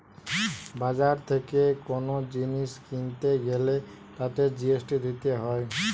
বাজার থেকে কোন জিনিস কিনতে গ্যালে তাতে জি.এস.টি দিতে হয়